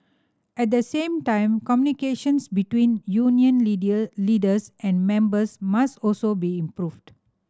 at the same time communication between union leaders and members must also be improved